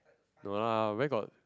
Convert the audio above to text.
no lah where got